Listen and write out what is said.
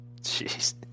Jeez